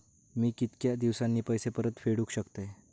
मी कीतक्या दिवसांनी पैसे परत फेडुक शकतय?